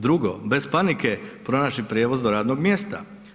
Drugo, bez panike pronaći prijevoz do radnog mjesta.